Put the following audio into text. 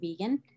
vegan